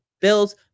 Bills